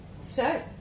So